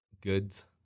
goods